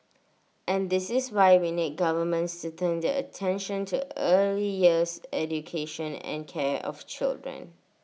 and this is why we need governments to turn their attention to early years education and care of children